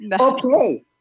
Okay